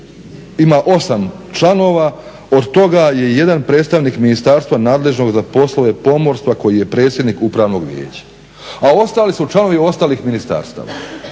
ima 8 članova od toga je jedan predstavnik ministarstva nadležnog za poslove pomorstva koji je predsjednik Upravnog vijeća, a ostali su članovi ostalih ministarstava.